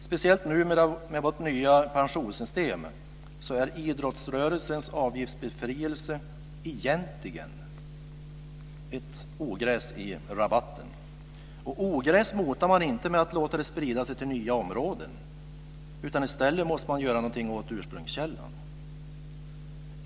Speciellt nu med vårt nya pensionssystem är idrottsrörelsens avgiftsbefrielse egentligen ett ogräs i rabatten. Och ogräs motar man inte genom att låta det spridas till nya områden. I stället måste man göra något åt ursprungskällan.